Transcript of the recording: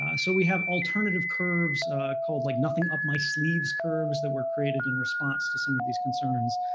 ah so we have alternative curves called like, nothing up my sleeves curves, that were created in response to some of these concerns.